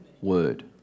word